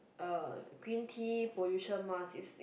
er green tea pollution mask it's it's